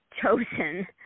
chosen